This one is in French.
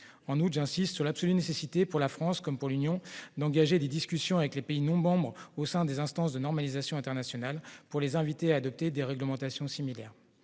En outre, j'insiste sur l'absolue nécessité pour la France comme pour l'UE d'engager des discussions avec les pays tiers au sein des instances internationales de normalisation, pour les inviter à adopter des réglementations similaires.